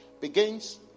begins